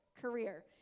career